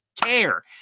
care